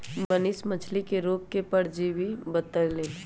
मनीष मछ्ली के रोग के परजीवी बतई लन